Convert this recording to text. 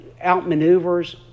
outmaneuvers